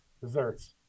Desserts